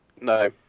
No